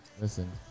Listen